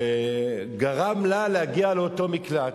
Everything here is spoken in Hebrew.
גרם לה להגיע לאותו מקלט.